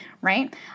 Right